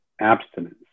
abstinence